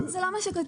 לא, זה לא מה שכתוב.